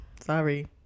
Sorry